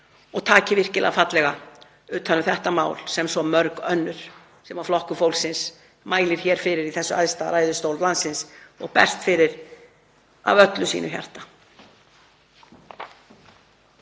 og taki virkilega fallega utan um þetta mál sem og svo mörg önnur sem Flokkur fólksins mælir hér fyrir í þessum æðsta ræðustól landsins og berst fyrir af öllu sínu hjarta.